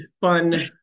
fun